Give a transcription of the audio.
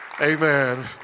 amen